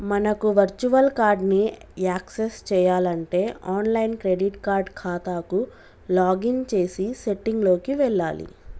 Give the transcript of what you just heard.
మనకు virtual card ని access చేయాలంటే ఆన్లైన్ క్రెడిట్ కార్డ్ ఖాతాకు లాగిన్ చేసి సెట్టింగ్ లోకి వెళ్లాలి